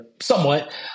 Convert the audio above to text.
somewhat